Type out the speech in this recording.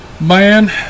man